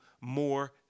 more